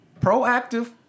proactive